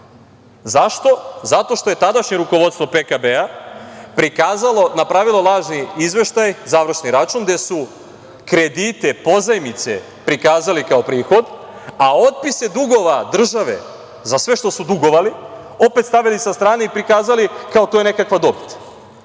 Zašto? Zato što je tadašnje rukovodstvo PKB-a prikazalo, napravilo lažni izveštaj, završni račun gde su kredite, pozajmice prikazali kao prihod, a otpise dugova države za sve što su dugovali opet stavili sa strane i prikazali da je to kao nekakva dobit.